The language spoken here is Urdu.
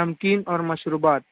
نمکین اور مشروبات